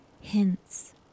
hints